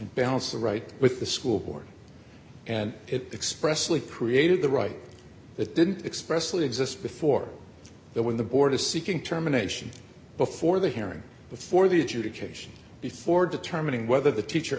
balance the right with the school board and it expressly prieta the right that didn't expressly exist before that when the board is seeking terminations before the hearing before the adjudication before determining whether the teacher